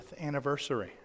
anniversary